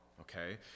okay